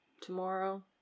tomorrow